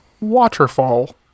Waterfall